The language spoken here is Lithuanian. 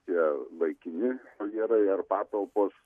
tie laikini voljerai ar patalpos